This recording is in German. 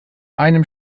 einem